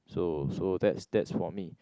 so so that's that's for me